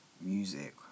music